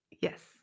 yes